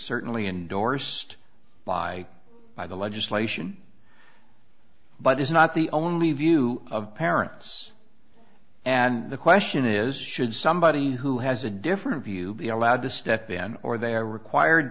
certainly endorsed by by the legislation but is not the only view of parents and the question is should somebody who has a different view be allowed to step in or they are required